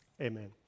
amen